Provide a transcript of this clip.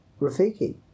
Rafiki